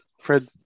Fred